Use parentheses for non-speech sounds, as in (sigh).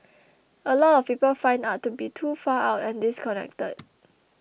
(noise) a lot of people find art to be too far out and disconnected